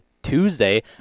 Tuesday